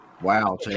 Wow